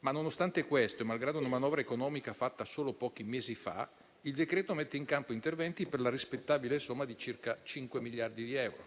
ma nonostante questo e malgrado una manovra economica fatta solo pochi mesi fa, il decreto-legge mette in campo interventi per la rispettabile somma di circa 5 miliardi di euro.